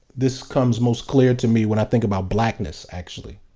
this comes most clear to me when i think about blackness, actually,